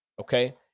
okay